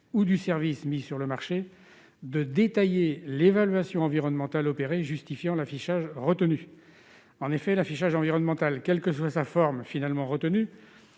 ou du service mis sur le marché de détailler l'évaluation environnementale justifiant l'affichage retenu. En effet, l'affichage environnemental, quelle que soit sa forme, ne donnera que